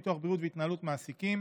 ביטוח בריאות והתנהלות מעסיקים,